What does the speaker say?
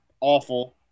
Awful